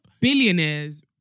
billionaires